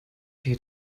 tee